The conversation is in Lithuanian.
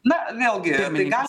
na vėlgi gal